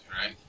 right